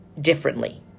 differently